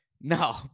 No